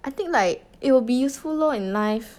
I think like it will be useful lor in life